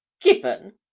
Gibbon